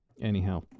Anyhow